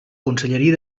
conselleria